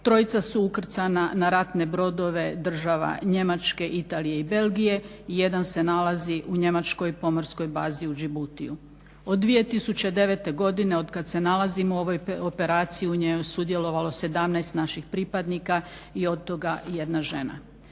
Trojica su ukrcana na ratne brodove država Njemačke, Italije i Belgije, jedan se nalazi u njemačkoj pomorskoj bazi u Đibutiju. Od 2009. godine od kad se nalazimo u ovoj operaciji u njoj je sudjelovalo 17 naših pripadnika i od toga jedna žena.